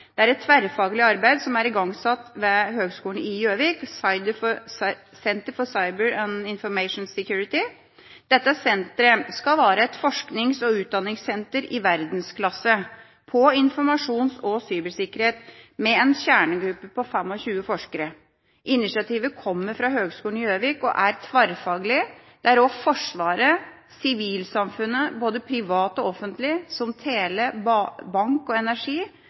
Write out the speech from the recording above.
Det er et tverrfaglig arbeid som er igangsatt ved Høgskolen i Gjøvik, Center for Cyber and Information Security. Dette senteret skal være et forsknings- og utdanningssenter i verdensklasse på informasjons- og cybersikkerhet med en kjernegruppe på 25 forskere. Initiativet kommer fra Høgskolen i Gjøvik og er tverrfaglig. Også Forsvaret og sivilsamfunnet, både privat og offentlig, som tele, bank og energi,